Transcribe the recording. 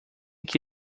que